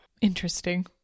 interesting